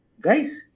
guys